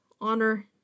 honor